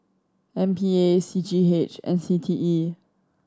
M P A C G H and C T E